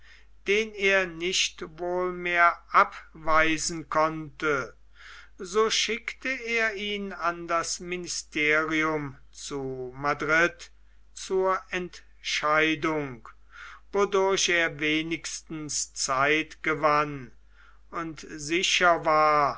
den er nicht wohl mehr abweisen konnte so schickte er ihn in das ministerium zu madrid zur entscheidung wodurch er wenigstens zeit gewann und sicher war